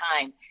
time